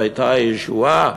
והייתה ישועה,